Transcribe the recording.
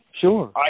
Sure